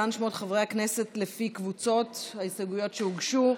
להלן שמות חברי הכנסת לפי קבוצות בהסתייגויות שהוגשו.